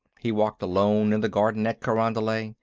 he walked alone in the garden at carondelet,